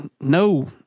no